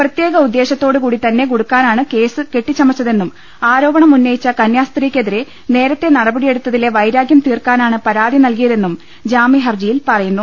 പ്രത്യേക ഉദ്ദേശ്യത്തോടു കൂടി തന്നെ കുടുക്കാനാണ് കേസ് കെട്ടിച്ചമച്ചതെന്നും ആരോപണം ഉന്നയിച്ച കന്യാസ്ത്രീയ്ക്കെതിരെ നേരത്തെ നടപടിയെടുത്തിലെ വൈരാഗൃം തീർക്കാനാണ് പരാതി നല്കിയതെന്നും ജാമ്യഹർജിയിൽ പറയുന്നു